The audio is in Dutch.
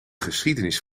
geschiedenis